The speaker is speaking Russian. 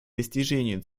достижению